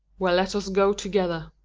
well, let us go together.